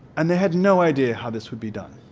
and they had no idea how this would be done.